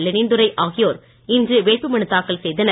Lenin Durai ஆகியோர் இன்று வேட்புமனு தாக்கல் செய்தனர்